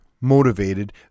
motivated